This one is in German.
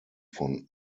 von